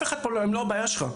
אף אחד פה הוא לא הבעיה שלך,